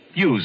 Use